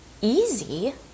easy